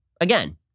again